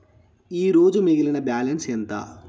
ఈరోజు మిగిలిన బ్యాలెన్స్ ఎంత?